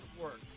work